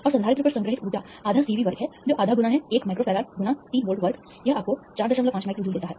और संधारित्र पर संग्रहीत ऊर्जा आधा C V वर्ग है जो आधा गुना है 1 माइक्रो फैराड गुणा 3 वोल्ट वर्ग यह आपको 45 माइक्रो जूल देता है